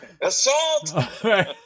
assault